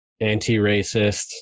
anti-racist